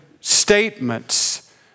statements